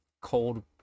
cold